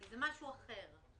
זה משהו אחר.